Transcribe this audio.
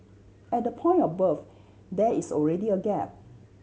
at the point of birth there is already a gap